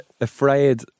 afraid